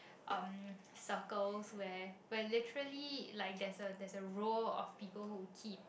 um circles where where literally like there's a there's a row of people who keep